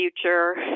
future